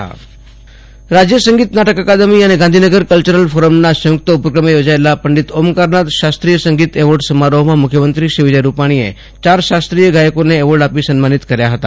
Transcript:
આસુતોષ અંતાણી ડિત ઓમકારનાથ રાજ્ય સંગીત નાટક અકાદમી અને ગાંધીનગર કલ્ચરલ ફોરમના સંયુક્ત ઉપક્રમે યોજાયેલા પંડિત ઓમકારનાથ શાસ્ત્રીય સંગીત એવોર્ડ સમારોહમાં મુખ્યમંત્રી વિજય રૂપાણીએ ચાર શાસ્ત્રીય ગાયકોને એવોર્ડ આપી સન્માનિત કર્યા હતા